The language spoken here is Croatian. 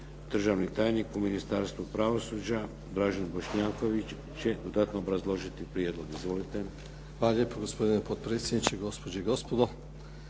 Hvala